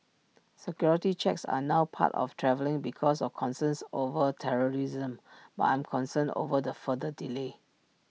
security checks are now part of travelling because of concerns over terrorism but I'm concerned over the further delay